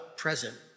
present